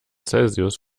celsius